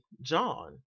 John